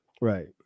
right